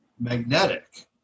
magnetic